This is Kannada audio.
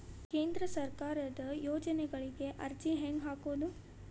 ಕೇಂದ್ರ ಸರ್ಕಾರದ ಯೋಜನೆಗಳಿಗೆ ಅರ್ಜಿ ಹೆಂಗೆ ಹಾಕೋದು?